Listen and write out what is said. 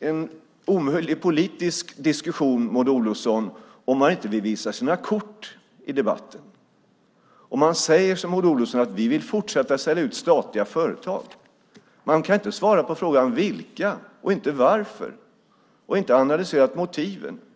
en omöjlig politisk diskussion om man inte vill visa sina kort i debatten, om man säger som Maud Olofsson, att man vill fortsätta att sälja ut statliga företag. Hon kan dock inte svara på frågan vilka och varför. Inte heller har motiven analyserats.